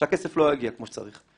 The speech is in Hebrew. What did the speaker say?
שהכסף לא יגיע כמו שצריך,